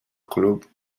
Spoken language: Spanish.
club